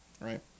right